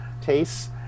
tastes